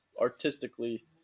artistically